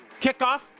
Kickoff